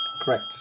Correct